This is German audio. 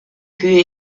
kühe